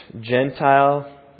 Gentile